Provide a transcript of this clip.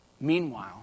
Meanwhile